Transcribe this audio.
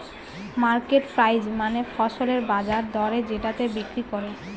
market price মানে ফসলের বাজার দরে যেটাতে বিক্রি করে